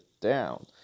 down